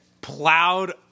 plowed